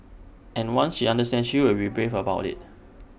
and once she understands she will be brave about IT